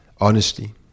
honesty